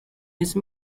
these